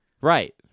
Right